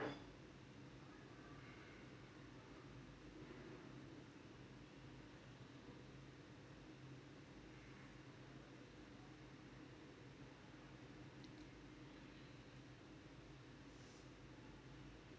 but